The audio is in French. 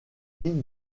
fille